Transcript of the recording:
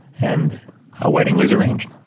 and a wedding was arranged,